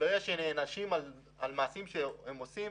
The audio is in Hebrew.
ברגע שנענשים על מעשים שהם עושים